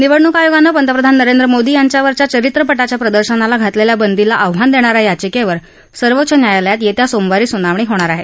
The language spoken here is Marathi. निवडणूक आयोगानं पंतप्रधान नरेंद्र मोदी यांच्यावरच्या चरित्रपटाच्या प्रदर्शनाला घातलेल्या बंदीला आव्हान देणाऱ्या याचिकेवर सर्वोच्च न्यायालयात येत्या सोमवारी सुनावणी होणार आहे